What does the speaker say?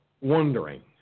wondering